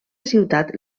ciutat